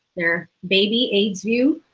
their baby aidsvu,